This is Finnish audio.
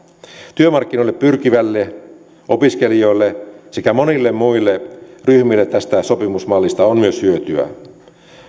työmarkkinoille pyrkiville opiskelijoille sekä monille muille ryhmille tästä sopimusmallista on myös hyötyä